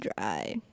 dry